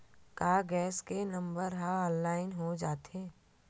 का गैस के नंबर ह ऑनलाइन हो जाथे?